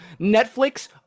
Netflix